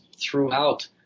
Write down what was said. throughout